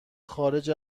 خارج